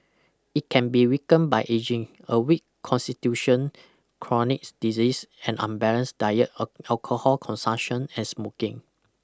it can be weakened by ageing a weak constitution chronic disease an unbalanced diet alcohol consumption and smoking